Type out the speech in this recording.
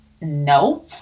no